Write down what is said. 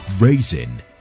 Raising